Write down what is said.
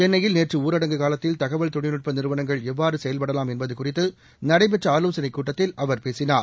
சென்னையில் நேற்றுஊரடங்கு காலத்தில் தகவல் தொழில்நுட்பநிறுவனங்கள் எவ்வாறுசெயல்படலாம் என்பதுகுறித்துநடைபெற்றஆலோசனைகூட்டத்தில் அவர் பேசினார்